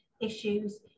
issues